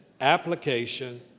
application